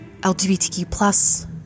LGBTQ+